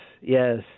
yes